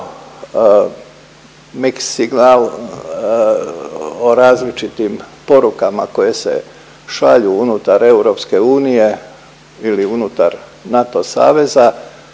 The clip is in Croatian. razumije./… o različitim porukama koje se šalju unutar EU ili unutar NATO saveza